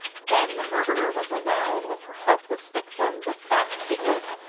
then the murderer was alone with her helpless victim, the fat piglet,